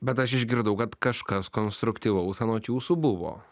bet aš išgirdau kad kažkas konstruktyvaus anot jūsų buvo